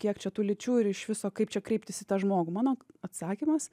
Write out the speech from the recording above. kiek čia tų lyčių ir iš viso kaip čia kreiptis į tą žmogų mano atsakymas